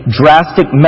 drastic